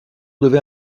devint